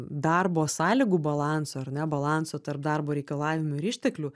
darbo sąlygų balanso ar ne balanso tarp darbo reikalavimų ir išteklių